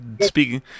speaking